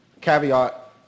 caveat